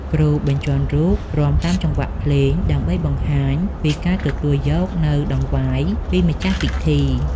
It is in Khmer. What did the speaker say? គ្រូបញ្ជាន់រូបរាំតាមចង្វាក់ភ្លេង ដើម្បីបង្ហាញពីការទទួលយកនូវដង្វាយពីម្ចាស់ពិធី។